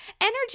Energy